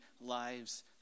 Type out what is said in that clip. lives